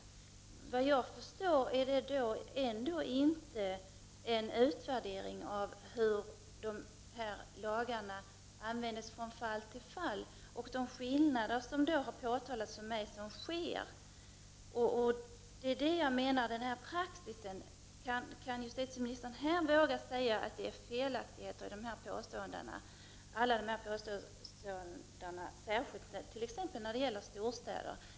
Såvitt jag förstår är det inte en utvärdering av hur lagarna används från fall till fall och de skillnader som föreligger, vilket har påtalats för mig. Vågar justitieministern här säga att det är felaktigheter i påståendena särskilt om storstäderna?